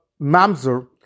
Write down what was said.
mamzer